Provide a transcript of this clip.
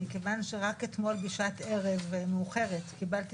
מכיוון שרק אתמול בשעת ערב מאוחרת קיבלתי